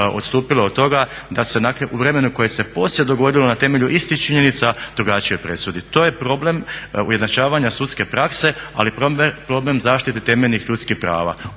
odstupilo od toga da se u vremenu koje se poslije dogodilo na temelju istih činjenica drugačije presudi. To je problem ujednačavanja sudske prakse ali problem zaštite temeljnih ljudskih prava.